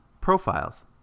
profiles